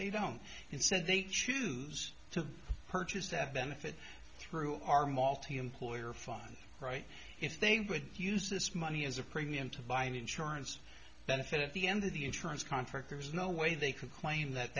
they don't instead they choose to purchase that benefit through our malty employer fun right if they would use this money as a premium to buy an insurance benefit at the end of the insurance contract there's no way they can claim that